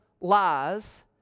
lies